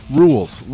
rules